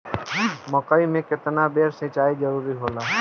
मकई मे केतना बेर सीचाई जरूरी होला?